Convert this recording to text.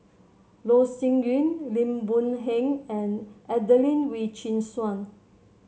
Loh Sin Yun Lim Boon Heng and Adelene Wee Chin Suan